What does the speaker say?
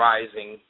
Rising